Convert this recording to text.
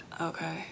Okay